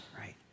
right